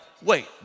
Wait